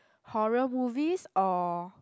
horror movies or